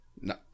no